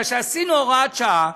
בגלל שעשינו הוראת שעה,